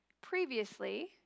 Previously